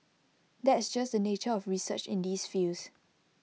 that's just the nature of research in these fields